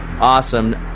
awesome